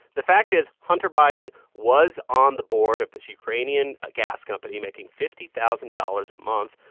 the fact is hunter biden was on the board of this ukrainian gas company, making fifty thousand dollars a month.